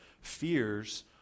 Fears